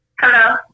Hello